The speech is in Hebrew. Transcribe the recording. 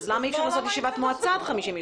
למה אי אפשר לעשות ישיבת מועצה עד 50 אנשים?